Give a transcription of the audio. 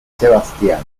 sebastián